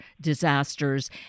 disasters